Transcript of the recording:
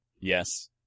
Yes